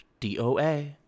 DOA